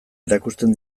erakusten